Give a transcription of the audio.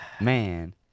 Man